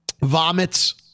Vomits